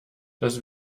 das